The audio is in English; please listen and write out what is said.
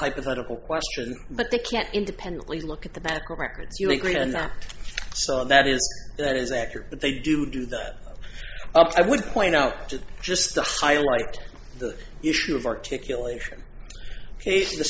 hypothetical question but they can't independently look at the backwards you agree on that that is that is accurate but they do do that i would point out that just to highlight the issue of articulation